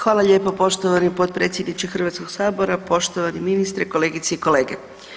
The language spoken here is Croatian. Hvala lijepo, poštovani potpredsjedniče Hrvatskog sabora, poštovani ministre, kolegice i kolege.